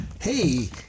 Hey